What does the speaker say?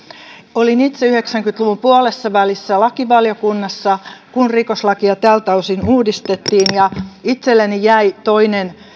olin itse yhdeksänkymmentä luvun puolessavälissä lakivaliokunnassa kun rikoslakia tältä osin uudistettiin ja itselleni jäi toinen